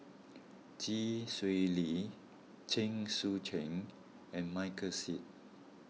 Chee Swee Lee Chen Sucheng and Michael Seet